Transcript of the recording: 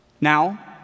Now